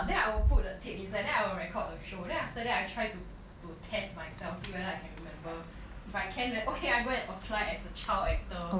then I will put the tape inside then I will record the show then after that I try to to test myself see whether I can remember if I can then okay I go and apply as a child actor